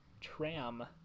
tram